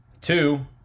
Two